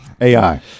AI